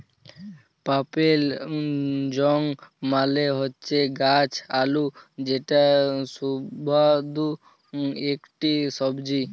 purple yam মালে হচ্যে গাছ আলু যেটা সুস্বাদু ইকটি সবজি